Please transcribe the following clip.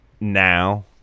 now